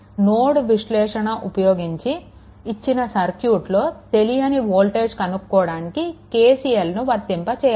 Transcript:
nodal విశ్లేషణ ఉపయోగించి ఇచ్చిన సర్క్యూట్ లో తెలియని వోల్టేజ్ కనుక్కోవడానికి KCLని వర్తింప చేయాలి